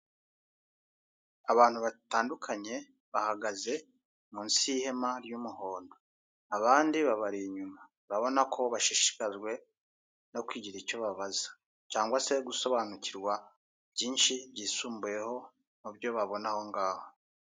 Abantu batandukanye bahagaze munsi y'ihema ry'umuhondo, abandi babari inyuma. Urabona ko bashishikajwe no kugira icyo babaza cyangwa se gusobanukirwa byinshi byisumbuyeho mubyo babona ahongaho.